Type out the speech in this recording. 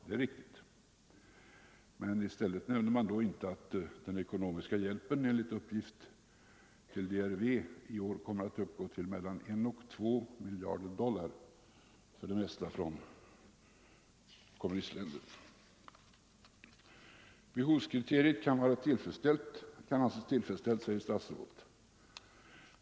Det är nog riktigt, men i stället nämner man då inte att den ekonomiska hjälpen till DRV enligt uppgift i år kommer att uppgå till mellan 1 och 2 miljarder dollar — det mesta från kommunistländer. Behovskriteriet kan anses tillfredsställt, säger statsrådet.